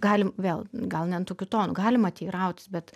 galim vėl gal ne tokiu tonu galima teirautis bet